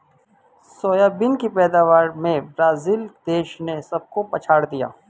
soybean की पैदावार में ब्राजील देश ने सबको पछाड़ दिया